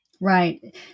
Right